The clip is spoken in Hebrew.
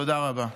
תודה רבה.